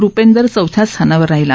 रुपेंदर चौथ्या स्थानावर राहिला